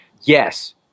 Yes